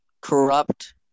corrupt